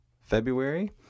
February